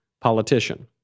politician